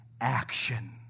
action